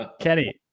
Kenny